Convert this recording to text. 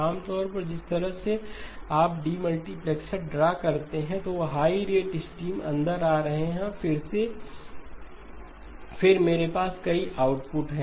आम तौर पर जिस तरह से आप डीमल्टीप्लेक्सर ड्रा करते हैं तो वह हाई रेट स्ट्रीम अंदर आ रहे है और फिर मेरे पास कई आउटपुट हैं